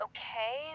Okay